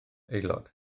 aelod